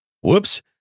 Whoops